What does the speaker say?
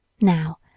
Now